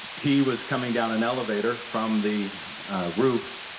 he was coming down an elevator from the roof,